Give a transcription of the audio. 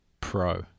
pro